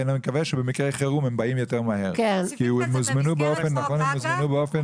כי הם הוזמנו באופן